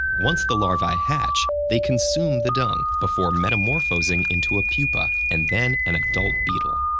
once the larvae hatch, they consume the dung before metamorphosing into a pupa and then an adult beetle.